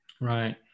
right